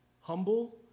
Humble